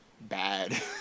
bad